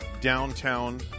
Downtown